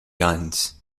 guns